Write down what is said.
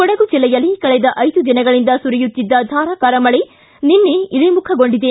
ಕೊಡಗು ಜಿಲ್ಲೆಯಲ್ಲಿ ಕಳೆದ ಐದು ದಿನಗಳಿಂದ ಸುರಿಯುತ್ತಿದ್ದ ಧಾರಾಕಾರ ಮಳೆ ನಿನ್ನೆ ಇಳಿಮುಖಗೊಂಡಿದೆ